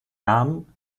namen